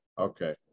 Okay